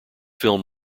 film